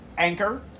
Anchor